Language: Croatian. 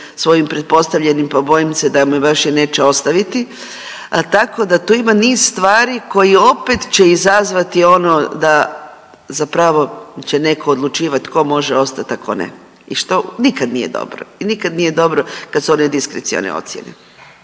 svojim pretpostavljenim pa bojim se da me baš i neće ostaviti, a tako da tu ima niz stvari koje opet će izazvati ono da zapravo će netko odlučivat tko može ostat, a ko ne. I što nikad nije dobro i nikad nije dobro kad su one diskrecione ocjene.